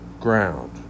ground